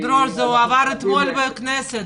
זה עבר אתמול בכנסת.